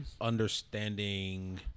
understanding